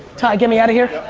ty, get me outta here.